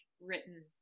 written